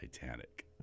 Titanic